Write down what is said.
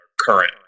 current